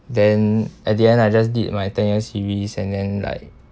then at the end I just did my ten year series and then like